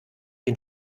den